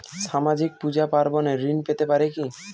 সামাজিক পূজা পার্বণে ঋণ পেতে পারে কি?